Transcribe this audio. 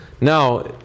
Now